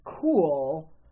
cool